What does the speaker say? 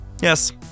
Yes